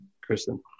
Kristen